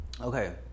Okay